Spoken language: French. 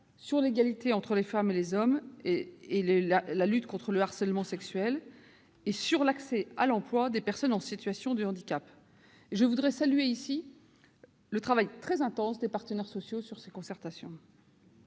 l'égalité entre les femmes et les hommes et la lutte contre le harcèlement sexuel, ainsi que sur l'accès à l'emploi des personnes en situation de handicap. Je voudrais saluer ici le travail très intense des partenaires sociaux. Ces concertations